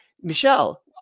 Michelle